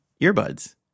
earbuds